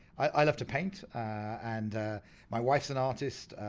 i love to paint and my wife's an artist,